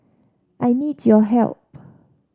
I need your help